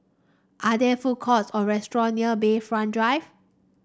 are there food courts or restaurant near Bayfront Drive